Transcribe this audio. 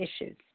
issues